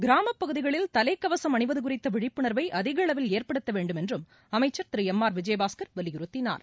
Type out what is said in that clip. கிராமப்பகுதிகளில் தலைக்கவசம் அணிவது குறித்த விழிப்புணர்வை அதிக அளவில் ஏற்படுத்த வேண்டும் என்றும் அமைச்சர் திரு எம் ஆர் விஜயபாஸ்கர் வலியுறுத்தினார்